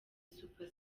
super